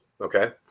Okay